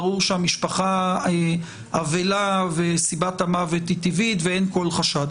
ברור שהמשפחה אבלה וסיבת המוות היא טבעית ואין כל חשד.